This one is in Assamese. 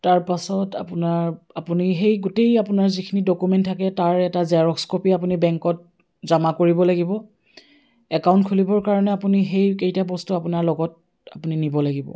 তাৰ পাছত আপোনাৰ আপুনি সেই গোটেই আপোনাৰ যিখিনি ডকুমেণ্ট থাকে তাৰ এটা জেৰক্স কপি আপুনি বেংকত জমা কৰিব লাগিব একাউণ্ট খুলিবৰ কাৰণে আপুনি সেইকেইটা বস্তু আপোনাৰ লগত আপুনি নিব লাগিব